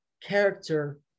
character